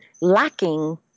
lacking